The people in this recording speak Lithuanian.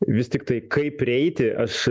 vis tiktai kaip prieiti aš